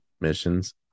missions